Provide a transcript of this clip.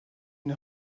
une